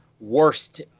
worst